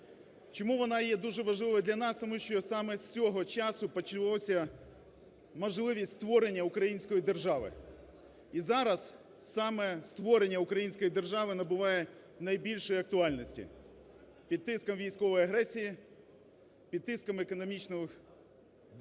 Чому вона є дуже важливою для нас? Тому що саме з цього часу почалося можливість створення української держави. І зараз саме створення української держави набуває найбільшої актуальності. Під тиском військової агресії, під тиском економічних…